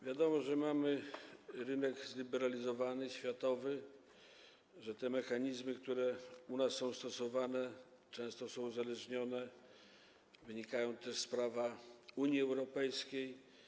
Wiadomo, że mamy zliberalizowany rynek światowy, że te mechanizmy, które są u nas stosowane, często są uzależnione, wynikają też z prawa Unii Europejskiej.